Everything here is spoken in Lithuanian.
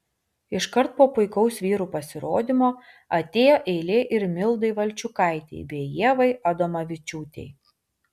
iškart po puikaus vyrų pasirodymo atėjo eilė ir mildai valčiukaitei bei ievai adomavičiūtei